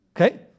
Okay